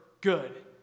good